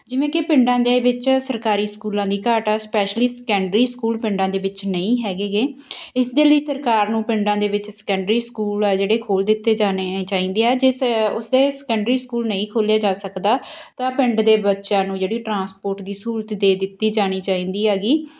ਜਿਵੇਂ ਕਿ ਪਿੰਡਾਂ ਦੇ ਵਿੱਚ ਸਰਕਾਰੀ ਸਕੂਲਾਂ ਦੀ ਘਾਟ ਆ ਸਪੈਸ਼ਲੀ ਸਕੈਂਡਰੀ ਸਕੂਲ ਪਿੰਡਾਂ ਦੇ ਵਿੱਚ ਨਹੀਂ ਹੈਗੇ ਗੇ ਇਸ ਦੇ ਲਈ ਸਰਕਾਰ ਨੂੰ ਪਿੰਡਾਂ ਦੇ ਵਿੱਚ ਸੈਕੰਡਰੀ ਸਕੂਲ ਆ ਜਿਹੜੇ ਖੋਲ ਦਿੱਤੇ ਜਾਣੇ ਚਾਹੀਦੇ ਆ ਜਿਸ ਉਸਦੇ ਸੈਕੰਡਰੀ ਸਕੂਲ ਨਹੀਂ ਖੋਲਿਆ ਜਾ ਸਕਦਾ ਤਾਂ ਪਿੰਡ ਦੇ ਬੱਚਿਆਂ ਨੂੰ ਜਿਹੜੀ ਟ੍ਰਾਂਸਪੋਰਟ ਦੀ ਸਹੂਲਤ ਦੇ ਦਿੱਤੀ ਜਾਣੀ ਚਾਹੀਦੀ ਹੈਗੀ